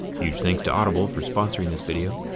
huge thanks to audible for sponsoring this video.